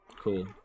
Cool